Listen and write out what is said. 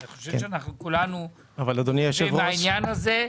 אני חושב שאנחנו כולנו מסכימים בעניין הזה,